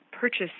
purchase